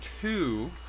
two